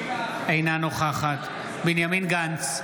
אינה נוכחת בנימין גנץ,